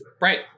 Right